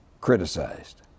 criticized